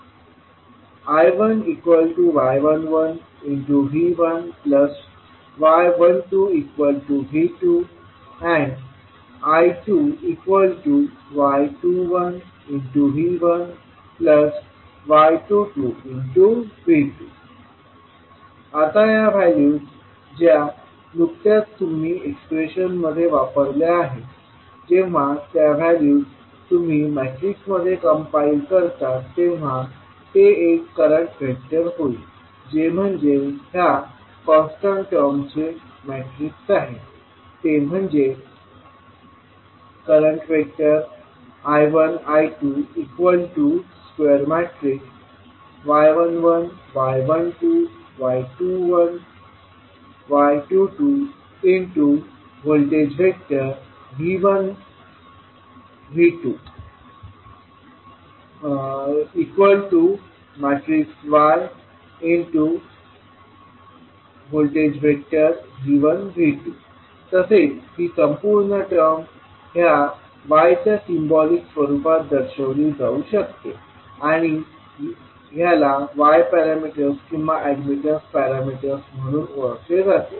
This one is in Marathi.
I1y11V1y12V2 I2y21V1y22V2 आता ह्या व्हॅल्यूज ज्या नुकत्याच तुम्ही एक्स्प्रेशन मध्ये वापरल्या आहेत जेव्हा त्या व्हॅल्यूज तुम्ही मॅट्रिक्स मध्ये कंपाईल करता तेव्हा ते एक करंट व्हेक्टर होईल जे म्हणजे ह्या कॉन्स्टंट टर्मचे मॅट्रिक्स आहे ते म्हणजे I1 I2 y11 y12 y21 y22 V1 V2 yV1 V2 तसेच ही संपूर्ण टर्म ह्या Y च्या सिम्बालिक स्वरुपात दर्शवली जाऊ शकते आणि ह्याला y पॅरामीटर्स किंवा अॅडमिटन्स पॅरामीटर्स म्हणून ओळखले जाते